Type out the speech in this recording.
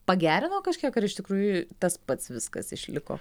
pagerino kažkiek ar iš tikrųjų tas pats viskas išliko